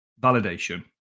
Validation